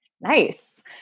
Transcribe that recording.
Nice